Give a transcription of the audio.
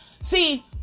See